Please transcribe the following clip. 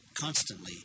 constantly